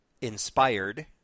inspired